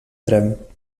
tremp